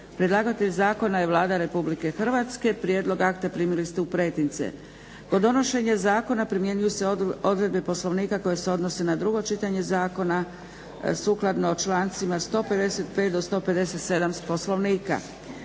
Predlagatelj zakona je Vlada Republike Hrvatske. Prijedlog akta primili ste u pretince. Kod donošenja zakona primjenjuju se odredbe Poslovnika koje se odnose na drugo čitanje zakona sukladno člancima 155. do 157. Poslovnika.